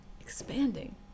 expanding